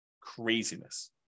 Craziness